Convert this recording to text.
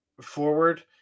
forward